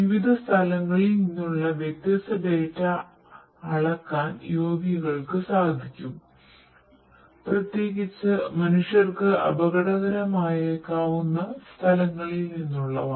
വിവിധ സ്ഥലങ്ങളിൽ നിന്നുള്ള വ്യത്യസ്ത ഡാറ്റ അളക്കാൻ UAV കൾക്ക് കഴിയും പ്രത്യേകിച്ച്മ നുഷ്യർക്ക് അപകടകരമായേക്കാവുന്ന സ്ഥലങ്ങളിൽ നിന്നുള്ളവ